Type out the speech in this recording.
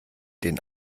den